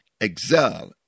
excel